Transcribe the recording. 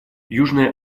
южная